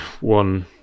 one